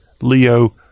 leo